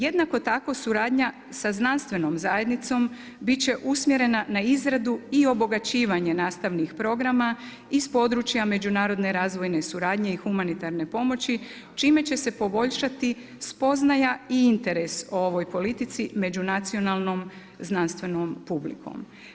Jednako tako suradnja sa znanstvenom zajednicom bit će usmjerena na izradu i obogaćivanje nastavnih programa iz područja međunarodne razvojne suradnje i humanitarne pomoći čime će se poboljšati spoznaja i interes o ovoj politici međunacionalnom znanstvenom publikom.